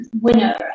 winner